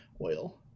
oil